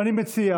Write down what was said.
ואני מציע,